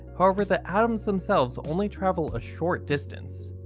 however the atoms themselves only travel a short distance.